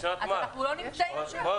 אז אנחנו לא נמצאים שם.